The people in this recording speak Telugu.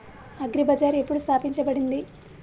అగ్రి బజార్ ఎప్పుడు స్థాపించబడింది?